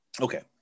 Okay